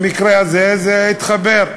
במקרה הזה זה התחבר.